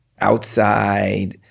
outside